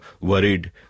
worried